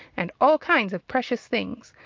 and all kinds of precious things,